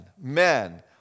men